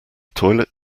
toilet